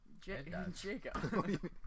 Jacob